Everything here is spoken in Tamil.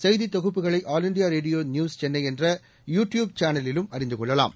செய்தி தொகுப்புகளை all India radio news Chennai என்ற யு டியூப் சேனலிலும் அறிந்து கொள்ளலாம்